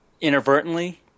inadvertently